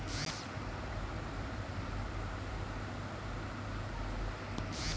ই commerce থেকে Honda tractor কিনলে কি ছাড় পাওয়া যেতে পারে?